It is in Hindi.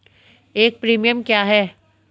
एक प्रीमियम क्या है?